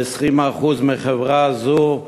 ב-20% מחברה זו,